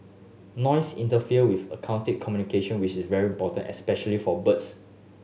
noise interfere with communication which is very important especially for birds